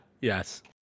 yes